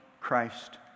Christ